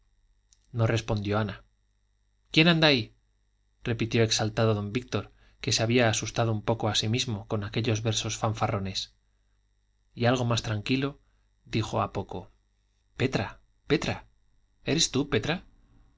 no respondió ana quién anda ahí repitió exaltado don víctor que se había asustado un poco a sí mismo con aquellos versos fanfarrones y algo más tranquilo dijo a poco petra petra eres tú petra